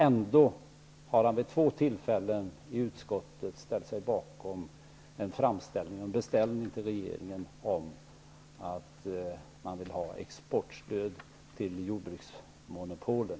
Ändå har han vid två tillfällen i utskottet ställt sig bakom en beställning till regeringen av exportstöd till jordbruksmonopolen.